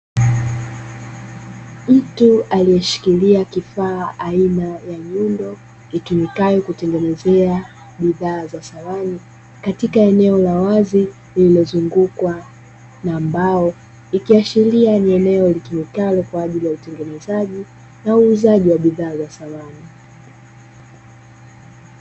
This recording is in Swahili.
Mtu aliyeshikilia kifaa aina ya nyundo, itumikayo kutengenezea bidhaa za samani katika eneo la wazi, lililozungukwa na mbao. Ikiashiria ni eneo litumikalo kwa ajili ya utengenezaji na uuzaji wa bidhaa za samani.